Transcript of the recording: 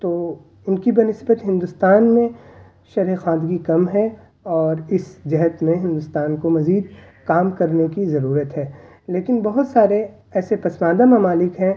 تو ان کی بنسبت ہندوستان میں شرح خواندگی کم ہے اور اس جہت میں ہندوستان کو مزید کام کرنے کی ضرورت ہے لیکن بہت سارے ایسے پسماندہ ممالک ہیں